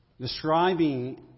describing